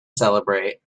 celebrate